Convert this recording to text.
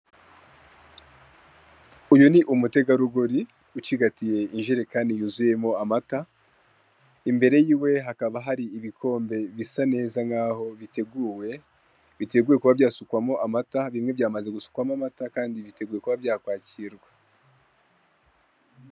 Uyu ni umutegarugori ucigatiye ijerekani yuzuyemo amata, imbere y'iwe hakaba hari ibikombe bisa neza nk'aho biteguwe, biteguwe kuba byasukwamo amata, bimwe byamaze gusukwamo amata, kandi biteguwe kuba byakwakirwa.